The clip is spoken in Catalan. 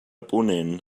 ponent